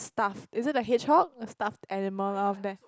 stuffed is it a hedgehog a stuffed animal all of that